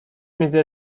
między